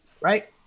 Right